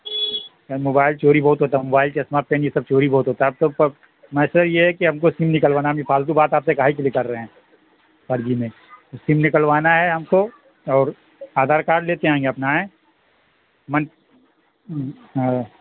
یہاس mobile چوری بہت ہوتا ہے موبائل چشمہ پین یہ سب چوری بہت ہوتا ہے اب تو ویسے یہ کہ ہم کو سم نکلوانا ہے ہم یہ فالتو بات آپ سے کاہے کے لیے کر رہے ہیں فرضی میں سم نکلوانا ہے ہم کو اور آدھار کارڈ لیتے آئیں گے اپنا آیں